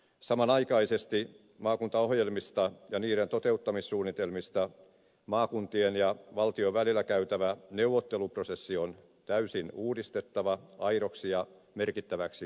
samanaikaisesti maakuntaohjelmista ja niiden toteuttamissuunnitelmista maakuntien ja valtion välillä käytävä neuvotteluprosessi on täysin uudistettava aidoksi ja merkittäväksi neuvotteluksi